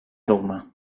roma